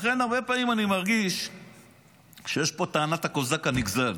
לכן הרבה פעמים אני מרגיש שיש פה טענת הקוזק הנגזל.